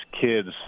kids